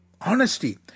honesty